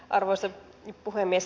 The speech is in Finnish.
arvoisa puhemies